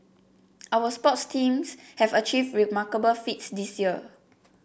our sports teams have achieved remarkable feats this year